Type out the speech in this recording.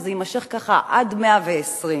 שזה יימשך ככה עד מאה-ועשרים.